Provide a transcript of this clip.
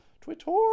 Twitter